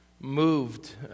moved